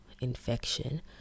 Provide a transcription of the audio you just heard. infection